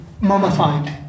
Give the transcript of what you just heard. mummified